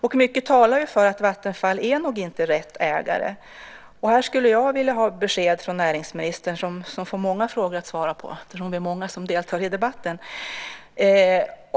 Och mycket talar för att Vattenfall nog inte är rätt ägare. Här skulle jag vilja ha ett besked från näringsministern, som får många frågor att svara på eftersom vi är många som deltar i debatten.